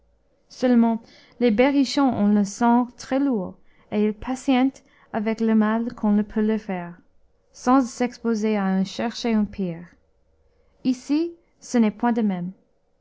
seulement les berrichons ont le sang très lourd et ils patientent avec le mal qu'on peut leur faire sans s'exposer à en chercher un pire ici ce n'est point de même